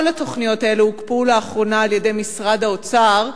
כל התוכניות האלה הוקפאו לאחרונה על-ידי משרד האוצר,